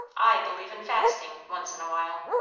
i believe in fasting, once in a while.